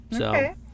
Okay